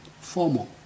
formal